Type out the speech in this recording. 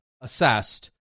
assessed